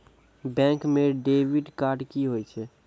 Bank म debit card की होय छै?